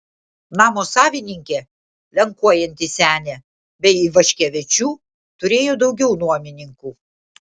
namo savininkė lenkuojanti senė be ivaškevičių turėjo daugiau nuomininkų